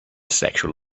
sexual